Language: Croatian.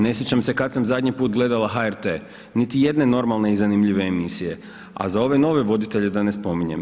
Ne sjećam se kad sam zadnji put gledala HRT, niti jedne normalne i zanimljive emisije, a za ove nove voditelje da ne spominjem.